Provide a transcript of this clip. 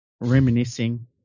Reminiscing